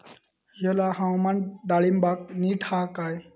हयला हवामान डाळींबाक नीट हा काय?